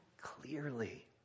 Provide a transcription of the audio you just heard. clearly